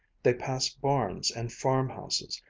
they passed barns and farmhouses,